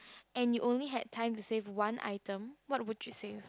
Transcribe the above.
and you only had time to save one item what would you save